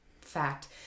fact